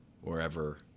wherever